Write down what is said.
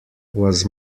was